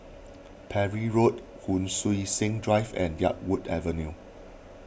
Parry Road Hon Sui Sen Drive and Yarwood Avenue